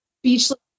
Speechless